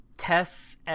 tests